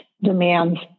demands